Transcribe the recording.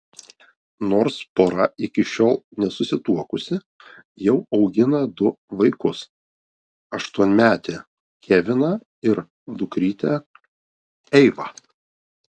nors pora iki šiol nesusituokusi jau augina du vaikus aštuonmetį keviną ir dukrytę eivą